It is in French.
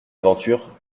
aventure